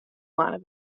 moanne